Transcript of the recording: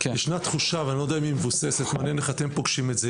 ישנה תחושה ואני לא יודע אם היא מבוססת ומעניין איך אתם פוגשים את זה